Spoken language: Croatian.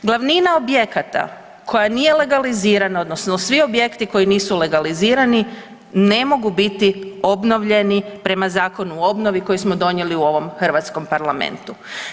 Glavnina objekata koja nije legalizirana odnosno svi objekti koji nisu legalizirani ne mogu biti obnovljeni prema Zakonu o obnovi koji smo donijeli u ovom Hrvatskom parlamentu.